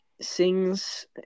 sings